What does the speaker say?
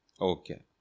Okay